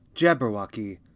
Jabberwocky